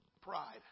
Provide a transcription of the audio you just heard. Pride